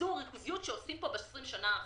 ביזור ריכוזיות שעושים פה ב-20 השנים האחרונות.